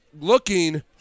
looking